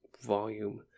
volume